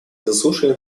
заслушали